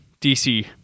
DC